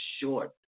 short